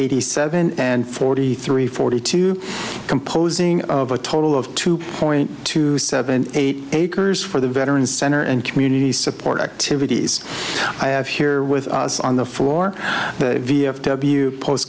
eighty seven and forty three forty two composing of a total of two point two seven eight acres for the veterans center and community support activities i have here with us on the four v f w post